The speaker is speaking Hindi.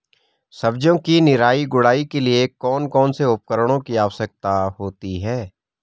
सब्जियों की निराई गुड़ाई के लिए कौन कौन से उपकरणों की आवश्यकता होती है?